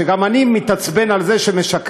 שגם אני מתעצבן על זה שמשקרים,